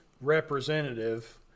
representative